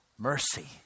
Mercy